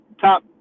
top